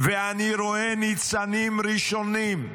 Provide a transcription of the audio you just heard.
ואני רואה ניצנים ראשונים.